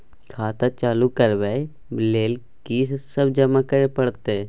खाता चालू करबै लेल की सब जमा करै परतै?